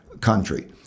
country